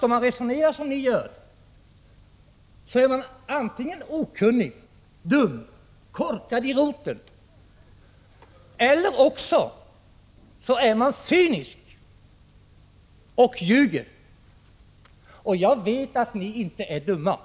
om man resonerar som ni gör är man antingen okunnig, dum, korkad i roten, eller också är man cynisk och ljuger! Jag vet att ni inte är dumma.